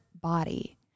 body